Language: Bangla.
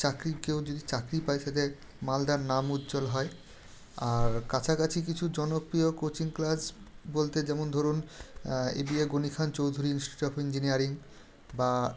চাকরি কেউ যদি চাকরি পায় সেটায় মালদার নাম উজ্জ্বল হয় আর কাছাকাছি কিছু জনপ্রিয় কোচিং ক্লাস বলতে যেমন ধরুন A B A Ghani Khan Chowdhury institute of engineering বা